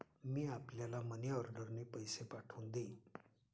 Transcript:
मी आपल्याला मनीऑर्डरने पैसे पाठवून देईन